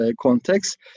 context